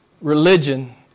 religion